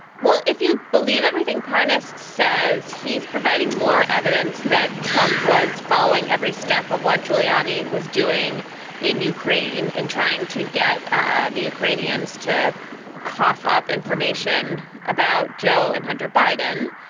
well, if you believe everything parness says, he's providing more evidence that trump was following every step of what giuliani was doing in ukraine and trying to get ah the ukrainians to cough up information about joe and hunter biden.